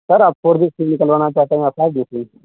سر آپ four G SIM نکلوانا چاہتے ہیں یا فائیو جی